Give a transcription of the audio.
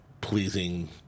pleasing